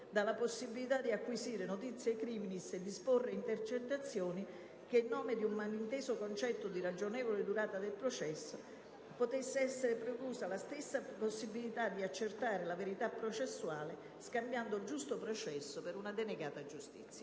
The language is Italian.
della possibilità di acquisire la *notitia criminis* o di disporre intercettazioni e che in nome di un malinteso concetto di ragionevole durata del processo possa essere preclusa la stessa possibilità di accertare la verità processuale, scambiando il giusto processo per una denegata giustizia.